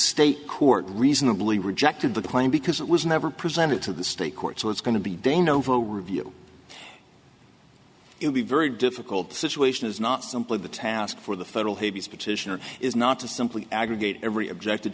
state court reasonably rejected the claim because it was never presented to the state court so it's going to be de novo review it would be very difficult situation is not simply the task for the federal habeas petition is not to simply aggregate every object